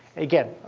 again,